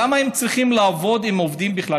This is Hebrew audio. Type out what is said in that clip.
למה הם צריכים לעבוד אם עובדים בכלל,